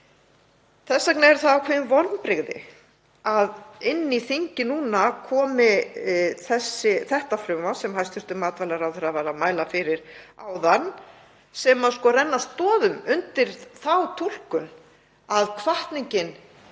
Þess vegna eru það ákveðin vonbrigði að inn í þingið núna komi það frumvarp sem hæstv. matvælaráðherra var að mæla fyrir áðan sem rennir stoðum undir þá túlkun að hvatningin